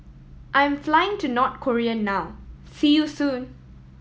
I am flying to North Korea now see you soon